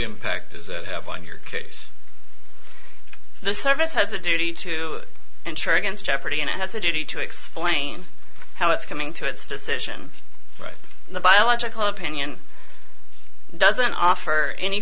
impact does it have on your kids the service has a duty to ensure against jeopardy and it has a duty to explain how it's coming to its decision in the biological opinion doesn't offer any